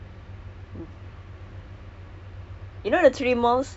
um the other one